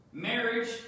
Marriage